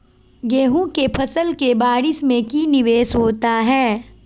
गेंहू के फ़सल के बारिस में की निवेस होता है?